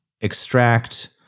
extract